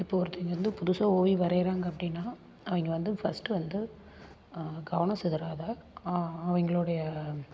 இப்போ ஒருத்தவைங்க வந்து புதுசாக ஓவியம் வரையிறாங்க அப்படின்னா அவங்க வந்து ஃபர்ஸ்ட்டு வந்து கவனம் சிதறாத அவங்களோடைய